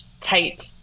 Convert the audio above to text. tight